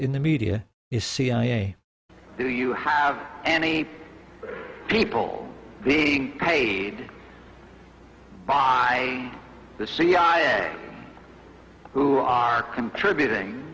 in the media is cia do you have any people be paid by the cia who are contributing